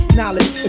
knowledge